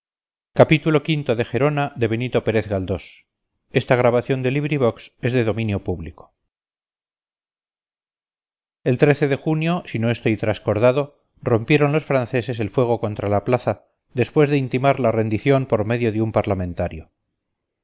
celeste a mi espíritu el de junio si no estoy trascordado rompieron los franceses el fuego contra la plaza después de intimar la rendición por medio de un parlamentario